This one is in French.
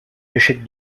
échecs